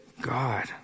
God